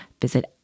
visit